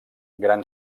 gran